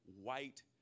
white